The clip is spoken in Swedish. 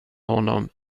honom